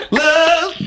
love